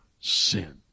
sin